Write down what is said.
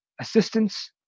assistance